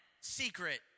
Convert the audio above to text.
Secret